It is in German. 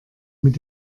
mit